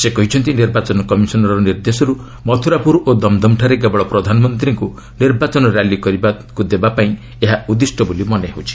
ସେ କହିଛନ୍ତି ନିର୍ବାଚନ କମିଶନ୍ ର ନର୍ଦ୍ଦେଶରୁ ମଥୁରାପୁର ଓ ଦମ୍ଦମ୍ଠାରେ କେବଳ ପ୍ରଧାନମନ୍ତ୍ରୀଙ୍କୁ ନିର୍ବାଚନ ର୍ୟାଲି କରିବାକୁ ଦେବାପାଇଁ ଏହା ଉଦ୍ଦିଷ୍ଟ ବୋଲି ମନେହେଉଛି